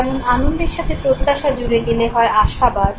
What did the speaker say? যেমন আনন্দের সাথে প্রত্যাশা জুড়ে গেলে হয় আশাবাদ